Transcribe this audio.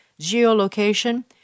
geolocation